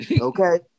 okay